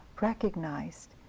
recognized